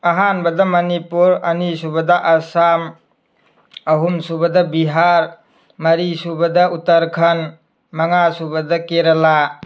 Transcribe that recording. ꯑꯍꯥꯟꯕ ꯃꯅꯤꯄꯨꯔ ꯑꯅꯤꯁꯨꯕꯗ ꯑꯁꯥꯝ ꯑꯍꯨꯝ ꯁꯨꯕꯗ ꯕꯤꯍꯥꯔ ꯃꯔꯤꯁꯨꯕꯗ ꯎꯇꯔꯈꯟ ꯃꯉꯥꯁꯨꯕꯗ ꯀꯦꯔꯦꯂꯥ